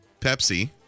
Pepsi